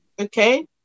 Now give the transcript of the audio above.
okay